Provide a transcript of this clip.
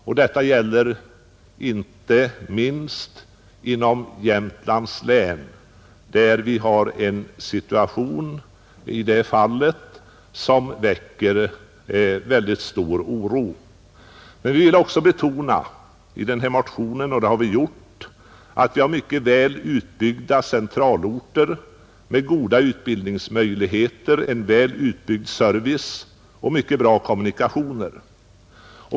Och detta gäller inte minst inom Jämtlands län, där situationen inger stor oro. Men vi har i motionen också betonat att det finns mycket väl utbyggda centralorter med goda utbildningsmöjligheter, en väl utbyggd service och mycket bra kommunikationer.